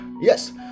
yes